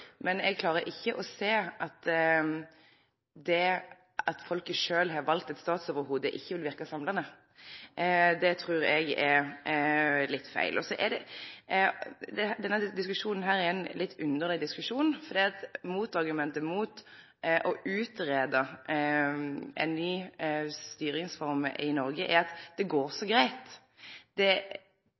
Men eg klarer ikkje å sjå at det at folket sjølv har valt eit statsoverhovudet, ikkje vil verke samlande. Det trur eg er litt feil. Denne diskusjonen er ein litt underleg diskusjon, for motargumentet mot å utgreie ei ny styringsform i Noreg er at det går så greitt. Det